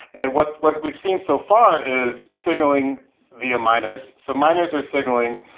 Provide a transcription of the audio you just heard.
and what what we've seen so far is signaling via miners. so miners are signaling,